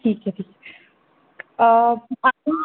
ठीक आहे ठीक आहे आपण